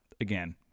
again